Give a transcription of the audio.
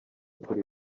kuri